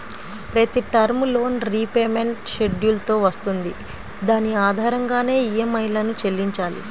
ప్రతి term loan repayment schedule తో వస్తుంది దాని ఆధారంగానే ఈఎంఐలను చెల్లించాలి